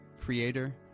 creator